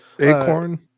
Acorn